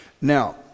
Now